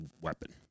weapon